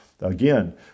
Again